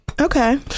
Okay